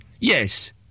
Yes